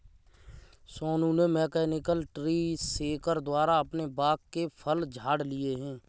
सोनू ने mechanical tree shaker द्वारा अपने बाग के फल झाड़ लिए है